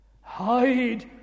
Hide